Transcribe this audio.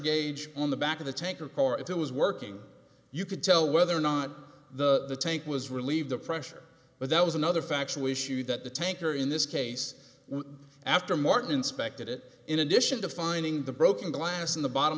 gauge on the back of the tanker pour it was working you could tell whether or not the tank was relieve the pressure but that was another factual issue that the tanker in this case after martin inspected it in addition to finding the broken glass in the bottom